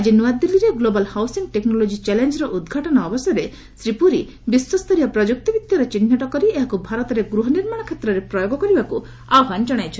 ଆଜି ନୂଆଦିଲ୍ଲୀଠାରେ global housing technology ଚ୍ୟାଲେଞ୍ଜର ଉଦ୍ଘାଟନ ଅବସରରେ ଶ୍ରୀ ପୁରୀ ବିଶ୍ୱ ସ୍ତରୀୟ ପ୍ରଯୁକ୍ତି ବିଦ୍ୟାର ଚିହ୍ନଟ କରି ଏହାକୁ ଭାରତରେ ଗୃହ ନିର୍ମାଣ କ୍ଷେତ୍ରରେ ପ୍ରୟୋଗ କରିବାକୁ ଆହ୍ୱାନ ଜଣାଇଛନ୍ତି